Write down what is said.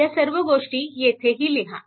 ह्या सर्व गोष्टी येथेही लिहा